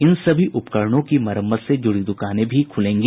इन सभी उपकरणों की मरम्मत से जुड़ी दुकानें भी खुलेंगी